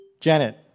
Janet